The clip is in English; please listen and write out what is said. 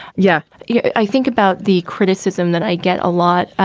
yeah yeah, i think about the criticism that i get a lot,